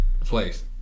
place